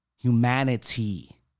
Humanity